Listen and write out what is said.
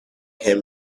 him